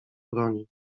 broni